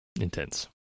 intense